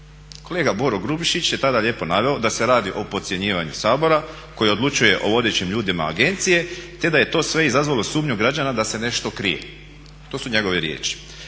Kolega Boro Grubišić je tada lijepo naveo da se radi o podcjenjivanju Sabora koji odlučuje o vodećim ljudima agencije, te da je to sve izazvalo sumnju građana da se nešto krije. To su njegove riječi.